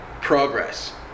progress